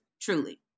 Truly